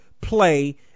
play